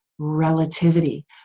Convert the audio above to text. Relativity